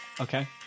Okay